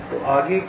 तो आगे क्या